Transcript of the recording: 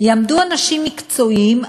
יעמדו אנשים מקצועיים,